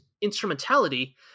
instrumentality